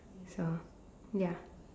so ya